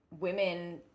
women